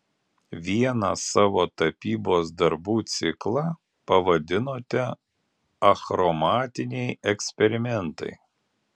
vieną savo tapybos darbų ciklą pavadinote achromatiniai eksperimentai